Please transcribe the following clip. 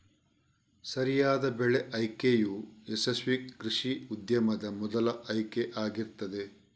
ಸರಿಯಾದ ಬೆಳೆ ಆಯ್ಕೆಯು ಯಶಸ್ವೀ ಕೃಷಿ ಉದ್ಯಮದ ಮೊದಲ ಆಯ್ಕೆ ಆಗಿರ್ತದೆ